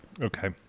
Okay